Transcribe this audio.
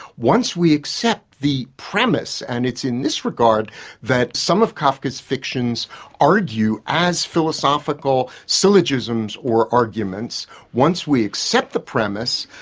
once we accept the premise and it's in this regard that some of kafka's fictions argue as philosophical syllogisms or arguments once we accept the premise,